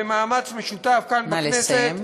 במאמץ משותף כאן בכנסת,